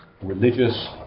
religious